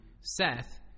Seth